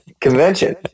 convention